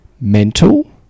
mental